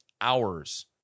hours